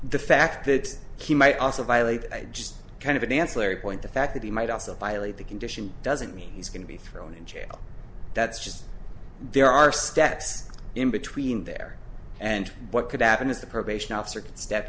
the fact that he might also violate i just kind of an ancillary point the fact that he might also violate the condition doesn't mean he's going to be thrown in jail that's just there are steps in between there and what could happen is the probation officer